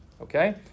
Okay